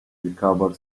recover